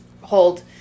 hold